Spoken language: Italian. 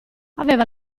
aveva